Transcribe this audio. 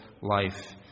life